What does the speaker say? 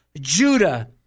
Judah